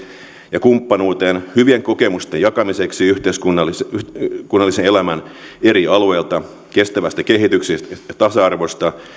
ja kumppanuuteen hyvien kokemusten jakamiseksi yhteiskunnallisen elämän eri alueilta kestävästä kehityksestä ja tasa arvosta